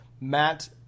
Matt